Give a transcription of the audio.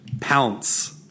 Pounce